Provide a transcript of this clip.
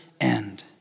end